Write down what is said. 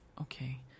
okay